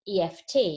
EFT